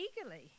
eagerly